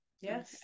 Yes